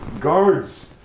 guards